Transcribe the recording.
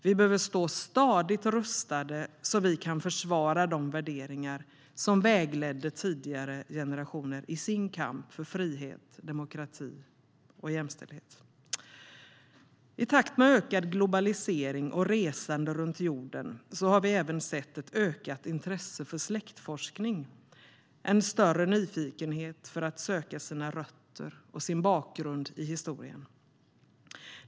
Vi behöver stå stadigt rustade så att vi kan försvara de värderingar som vägledde tidigare generationer i deras kamp för frihet, demokrati och jämställdhet. I takt med ökad globalisering och resande runt jorden har vi även sett ett ökat intresse för släktforskning, en större nyfikenhet för att söka sina rötter och sin bakgrund i historien.